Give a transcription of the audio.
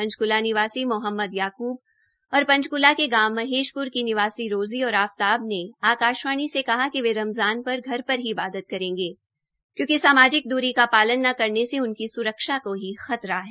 पंचकूला निवासी मोहम्मद याकूब और पंचकूला के गांव महेशप्र की निवासी रोज़ी और आफताब ने आकाशवाणी से कहा कि वे रमज़ान पर घर पर ही इबादत करेंगे क्योकि सामाजिक दूरी का पालन न करने से उनकी सुरक्षा को ही खतरा है